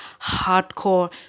hardcore